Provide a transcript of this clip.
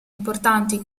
importanti